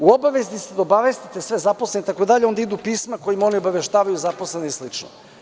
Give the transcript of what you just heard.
U obavezi ste da obavestite sve zaposlene.“ Dalje idu pisma kojim oni obaveštavaju zaposlene i slično.